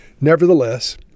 Nevertheless